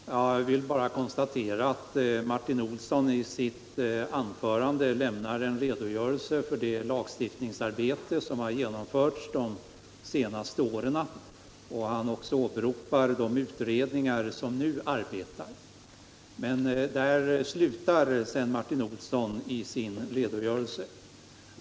Herr talman! Jag vill bara konstatera att Martin Olsson i sitt anförande lämnar en redogörelse för det lagstiftningsarbete som har utförts de senaste åren och även åberopar de utredningar som nu arbetar. Men där slutar Martin Olsson i sin redogörelse.